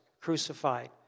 crucified